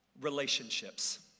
Relationships